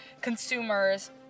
consumers